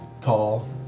tall